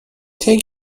take